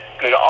good